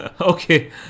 Okay